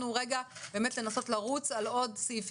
ואחרי זה תרשמו לנו לנסות לרוץ קדימה על עוד סעיפים,